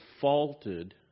faulted